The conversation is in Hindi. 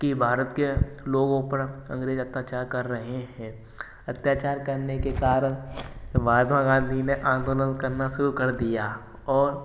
कि भारत के लोगों पर अंग्रेज़ अत्याचार कर रहे हैं अत्याचार करने के कारण महात्मा गांधी ने आंदोलन करना शुरू कर दिया और